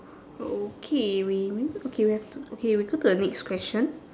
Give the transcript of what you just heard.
okay we maybe okay we have two okay we go to the next question